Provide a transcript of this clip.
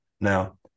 Now